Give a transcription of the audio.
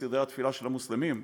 בסדרי התפילה של המוסלמים,